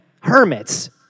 hermits